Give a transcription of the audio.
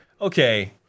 okay